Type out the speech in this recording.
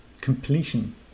completion